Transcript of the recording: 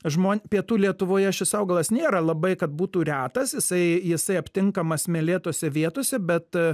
žmon pietų lietuvoje šis augalas nėra labai kad būtų retas jisai jisai aptinkamas smėlėtose vietose bet